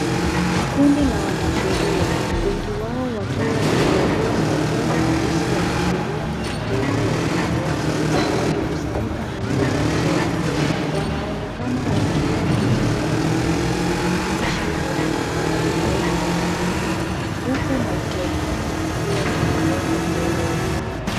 Kundi la wanasheria, wengi wao wakiwa wamevalia majoho meusi ya kisheria na mabendi ya zambarau. Wamekusanyika nje ya jengo, wanaonekana wakiwa kwenye mkutano na waandishi wa habari au maandamano huku maikrofoni zikiwa zimewekwa mbele yao.